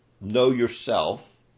know-yourself